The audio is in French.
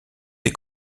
des